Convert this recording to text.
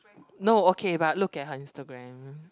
no okay but look at her instagram